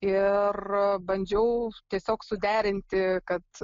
ir bandžiau tiesiog suderinti kad